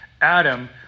Adam